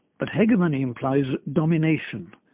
but hegemony implies domination,